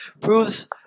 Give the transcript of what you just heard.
proves